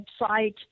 website